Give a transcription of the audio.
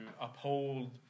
uphold